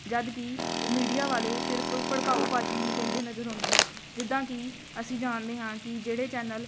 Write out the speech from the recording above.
ਜਦੋਂ ਕਿ ਮੀਡੀਆ ਵਾਲੇ ਸਿਰਫ਼ ਭੜਕਾਊ ਭਾਸ਼ਣ ਹੀ ਦਿੰਦੇ ਨਜ਼ਰ ਆਉਂਦੇ ਹਨ ਜਿੱਦਾਂ ਕਿ ਅਸੀਂ ਜਾਣਦੇ ਹਾਂ ਕਿ ਜਿਹੜੇ ਚੈਨਲ